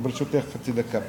ברשותך, חצי דקה.